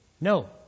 No